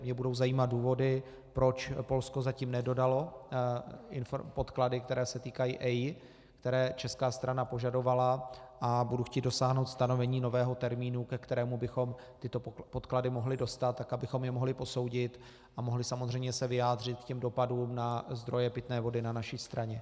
Mě budou zajímat důvody, proč Polsko zatím nedodalo podklady, které se týkají EIA, které česká strana požadovala, a budu chtít dosáhnout stanovení nového termínu, ke kterému bychom tyto podklady mohli dostat, tak abychom je mohli posoudit a mohli se samozřejmě vyjádřit k těm dopadům na zdroje pitné vody na naší straně.